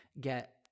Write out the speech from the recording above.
get